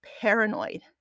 paranoid